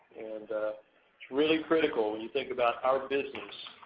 and it's really critical when you think about our business,